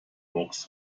walks